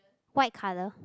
white colour